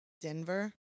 Denver